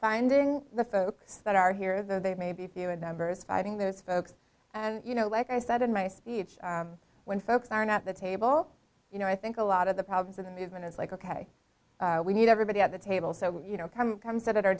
finding the folks that are here though they may be feeling members fighting those folks and you know like i said in my speech when folks aren't at the table you know i think a lot of the problems of the movement it's like ok we need everybody at the table so you know come come said at our